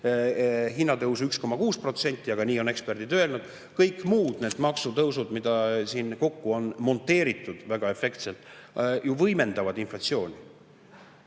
hinnatõusu 1,6%, aga nii on eksperdid öelnud. Kõik muud maksutõusud, mida siin kokku on monteeritud väga efektselt, ju võimendavad inflatsiooni.